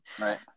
right